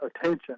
attention